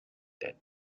that